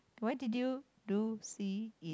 why did you do see eat